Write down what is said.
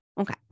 Okay